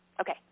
Okay